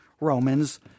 Romans